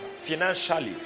financially